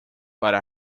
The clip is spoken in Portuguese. para